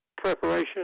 preparation